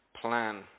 plan